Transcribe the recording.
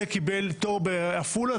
זה קיבל תור בעפולה,